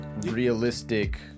realistic